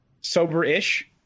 sober-ish